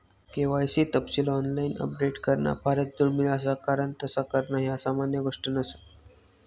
KYC तपशील online update करणा फारच दुर्मिळ असा कारण तस करणा ह्या सामान्य गोष्ट नसा